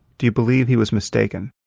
do you believe he was mistaken?